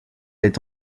est